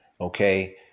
Okay